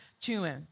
chewing